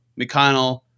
McConnell